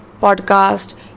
podcast